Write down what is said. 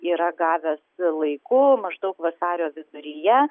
yra gavęs laiku maždaug vasario viduryje